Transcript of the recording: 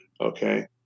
Okay